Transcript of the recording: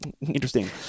Interesting